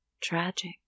Tragic